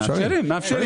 מאפשרים.